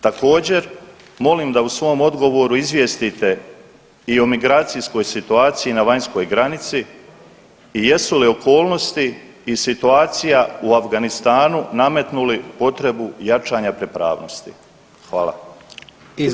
Također molim da u svom odgovoru izvijestite i o migracijskoj situaciji na vanjskoj granici i jesu li okolnosti i situacija u Afganistanu nametnuli potrebu jačanja pripravnosti?